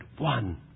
one